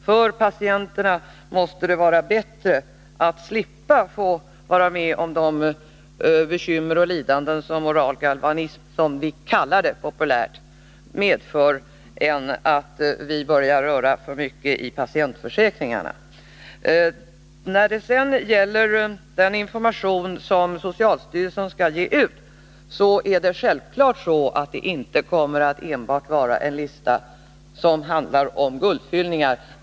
För patienterna måste det vara bättre att slippa vara med om de bekymmer och lidanden som förorsakas av oral galvanism — som vi populärt kallar det — än att vi börjar röra för mycket i patientförsäkringarna. När det gäller den information som socialstyrelsen skall ge ut är det självfallet så, att det inte enbart kommer att vara en lista som handlar om guldfyllningar.